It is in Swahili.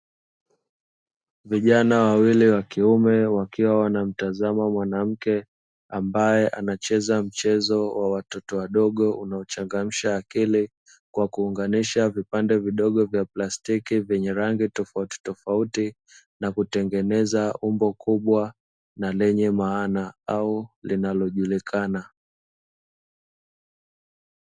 Vijana wawili wa kiume wakiwa wanamtazama mwanamke ambaye anacheza mchezo wa watoto wadogo unaochangamsha akili, kwa kuunganisha vipande vidogo vya plastiki vyenye rangi tofautitofauti na kutengeneza umbo kubwa na lenye maana au linalojulikana.